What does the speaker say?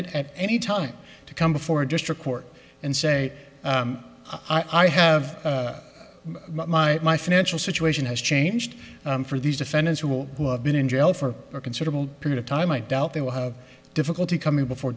nt at any time to come before a district court and say i have my my financial situation has changed for these defendants who will have been in jail for a considerable period of time i doubt they will have difficulty coming before